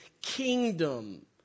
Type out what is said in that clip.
kingdom